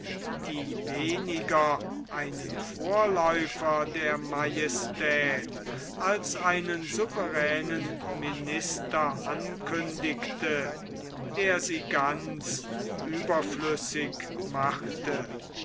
die weniger einen vorläufer der majestät als einen souveränen minister ankündigte der sie ganz überflüssig machte